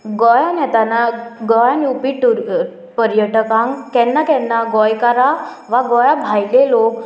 गोंयान येताना गोंयान येवपी टूर पर्यटकांक केन्ना केन्ना गोंयकारां वा गोंया भायले लोक